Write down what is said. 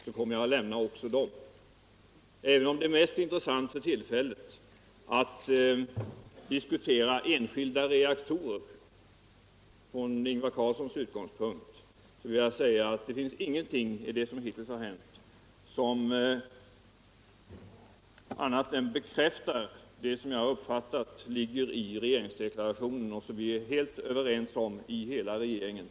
Jag förstår att det från Ingvar Carlssons utgångspunkt är mest intressant för tillfället att diskutera enskilda reaktorer. Men det viktiga är att det som hiuills har hänt bekräftar det,. som jag har uppfattat ligger i regeringsdeklarationen och som vi är alldeles överens om i hela regeringen.